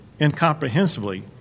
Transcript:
incomprehensibly